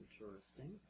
Interesting